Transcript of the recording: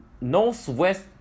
northwest